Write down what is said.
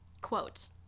quote